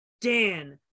Dan